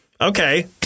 okay